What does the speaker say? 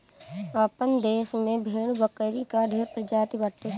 आपन देस में भेड़ बकरी कअ ढेर प्रजाति बाटे